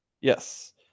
Yes